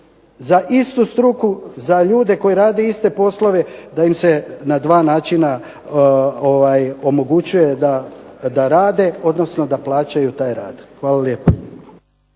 za istu struku za ljude koji rade iste poslove da im se na dva načina omogućuje da rade, odnosno da plaćaju taj rad. Hvala lijepo.